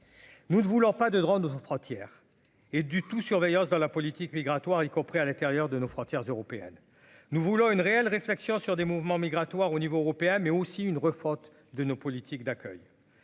nous ne voulons pas de droit à nos frontières et du tout surveillance dans la politique migratoire y compris à l'intérieur de nos frontières européennes, nous voulons une réelle réflexion sur des mouvements migratoires au niveau européen, mais aussi une refonte de nos politiques d'accueil,